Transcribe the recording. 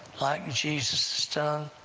like jesus' tongue,